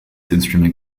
instrument